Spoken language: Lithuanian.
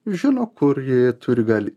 žino kur ji turi gali